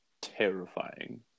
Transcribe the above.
terrifying